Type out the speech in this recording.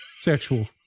sexual